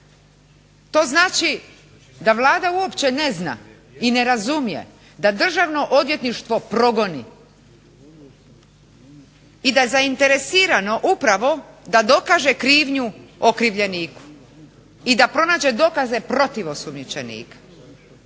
To znači da Vlada uopće ne zna i ne razumije da Državno odvjetništvo progoni i da je zainteresirano upravo da dokaže krivnju okrivljeniku i da pronađe dokaze protiv osumnjičenika.